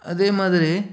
அதே மாதிரி